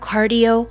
Cardio